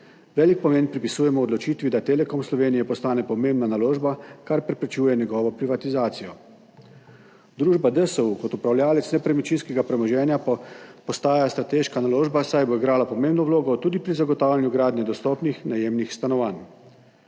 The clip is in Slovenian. Velik pomen pripisujemo odločitvi, da Telekom Slovenije postane pomembna naložba, kar preprečuje njegovo privatizacijo. Družba DSU kot upravljavec nepremičninskega premoženja pa postaja strateška naložba, saj bo igrala pomembno vlogo tudi pri zagotavljanju gradnje dostopnih najemnih stanovanj.